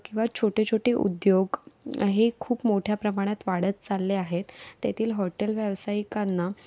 किंवा छोटेछोटे उद्योग हे खूप मोठ्या प्रमाणात वाढत चालले आहेत तेथील हॉटेल व्यावसायिकांना